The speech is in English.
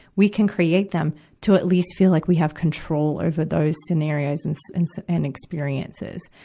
we can create them to at least feel like we have control over those scenarios and and and experiences.